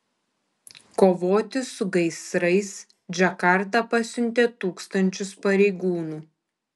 kovoti su gaisrais džakarta pasiuntė tūkstančius pareigūnų